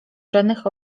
żadnych